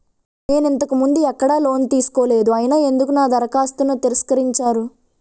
నేను ఇంతకు ముందు ఎక్కడ లోన్ తీసుకోలేదు అయినా ఎందుకు నా దరఖాస్తును తిరస్కరించారు?